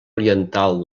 oriental